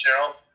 Cheryl